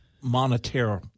monetary